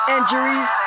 Injuries